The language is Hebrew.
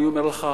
אני אומר לך,